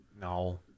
No